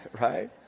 Right